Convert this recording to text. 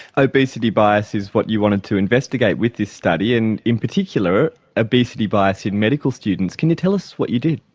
obesity bias is what you wanted to investigate with this study, and in particular obesity bias in medical students. can you tell us what you did?